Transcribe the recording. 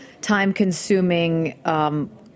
time-consuming